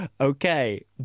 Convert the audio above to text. okay